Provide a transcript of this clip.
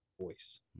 voice